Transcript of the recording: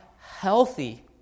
healthy